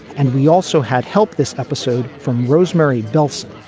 and we also had help this episode from rosemary bellson.